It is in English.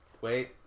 Wait